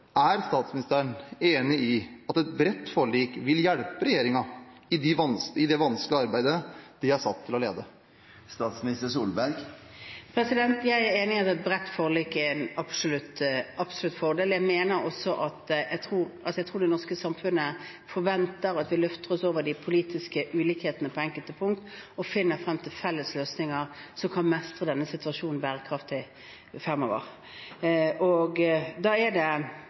Er statsministeren enig i at et bredt forlik vil hjelpe regjeringen i det vanskelige arbeidet den er satt til å lede? Jeg er enig i at et bredt forlik absolutt er en fordel. Jeg tror det norske samfunnet forventer at vi løfter oss over de politiske ulikhetene på enkelte punkter og finner frem til felles løsninger som kan mestre denne situasjonen bærekraftig fremover. Da er det